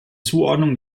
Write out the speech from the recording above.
zuordnung